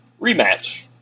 rematch